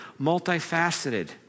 multifaceted